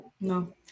No